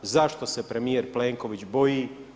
Zašto se premijer Plenković boji?